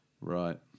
Right